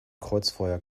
kreuzfeuer